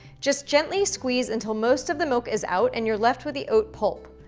just gently squeeze until most of the milk is out and you're left with the oat pulp.